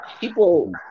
People